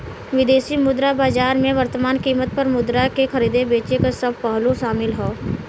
विदेशी मुद्रा बाजार में वर्तमान कीमत पर मुद्रा के खरीदे बेचे क सब पहलू शामिल हौ